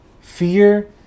fear